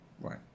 right